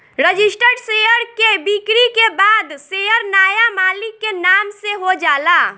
registered share के बिक्री के बाद शेयर नाया मालिक के नाम से हो जाला